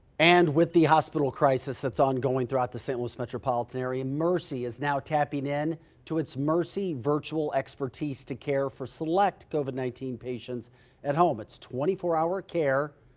and with the hospital crisis that's ongoing throughout the st. louis metropolitan area mercy is now tapping in to its mercy virtual expertise to care for select covid nineteen patients at home it's twenty four hour care.